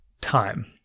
time